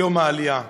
יום העלייה?